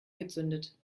gezündet